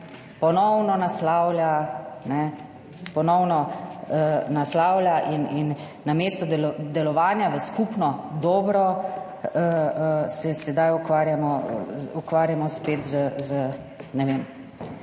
ponovno naslavlja in namesto delovanja v skupno dobro, se sedaj ukvarjamo, ukvarjamo spet z…, ne vem,